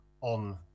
on